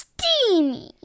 Steamy